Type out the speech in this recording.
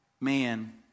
man